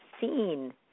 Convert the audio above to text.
seen